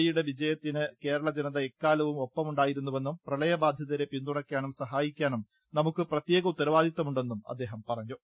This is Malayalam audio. ഇയുടെ വിജയത്തിന് കേരള ജനത എക്കാലവും ഒപ്പമുണ്ടായിരു ന്നുവെന്നും പ്രളയബാധിതരെ പിന്തുണക്കാനും സഹായിക്കാനും നമുക്ക് പ്രത്യേക ഉത്തരവാദിത്തമുണ്ടെന്നും അദ്ദേഹം പറഞ്ഞു